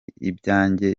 ibyanjye